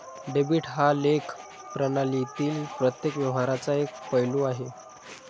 debit हा लेखा प्रणालीतील प्रत्येक व्यवहाराचा एक पैलू आहे